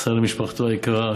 יחסר למשפחתו היקרה,